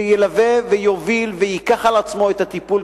שילווה ויוביל וייקח על עצמו את הטיפול,